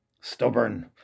stubborn